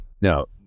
no